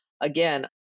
again